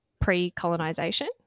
pre-colonisation